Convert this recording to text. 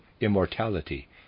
immortality